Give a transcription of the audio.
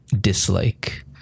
dislike